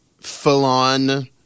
full-on